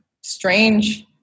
strange